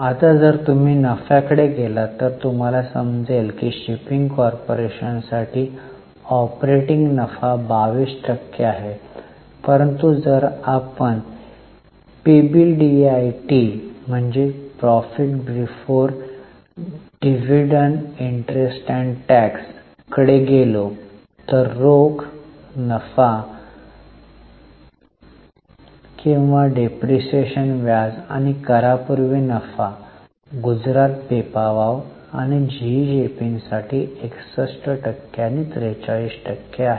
आता जर तुम्ही नफ्याकडे गेलात तर तुम्हाला समजेल की शिपिंग कॉर्पोरेशनसाठी ऑपरेटिंग नफा 22 टक्के आहे परंतु जर आपण पीबीडीआयटीकडे गेलो तर रोख नफा किंवा डेप्रिसिएशन व्याज आणि करापूर्वी नफा गुजरात पीपावाव आणि जीई शिपिंगसाठी 61 टक्के आणि 43 टक्के आहे